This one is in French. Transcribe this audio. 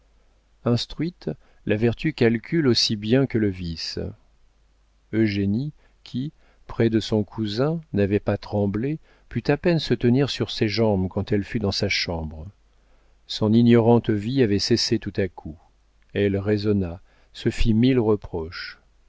instruite la vertu calcule aussi bien que le vice eugénie qui près de son cousin n'avait pas tremblé put à peine se tenir sur ses jambes quand elle fut dans sa chambre son ignorante vie avait cessé tout à coup elle raisonna se fit mille reproches